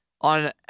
on